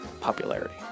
popularity